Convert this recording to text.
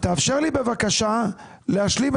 אתה לא יכול להיכנס עכשיו לנושא של רמות של ראשי ערים.